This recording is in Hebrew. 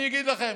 אני אגיד לכם,